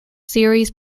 series